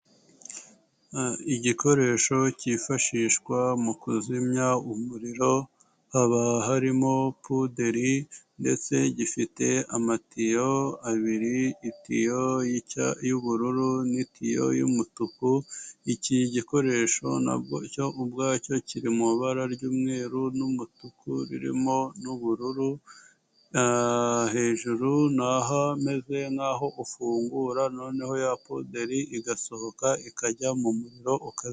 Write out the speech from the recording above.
Igikoresho cyifashishwa mu kuzimya umuriro, haba harimo puderi ndetse gifite amatiyo abiri, itiyo y'ubururu n'itiyo y'umutuku, iki gikoresho ubwacyo kiri mu ibara ry'umweru n'umutuku ririmo n'ubururu, hejuru ni ahameze nk'aho ufungura noneho ya poderi igasohoka ikajya mu muriro ukazima.